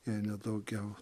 jei ne daugiau